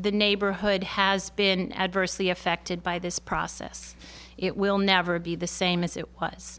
the neighborhood has been adversely affected by this process it will never be the same as it was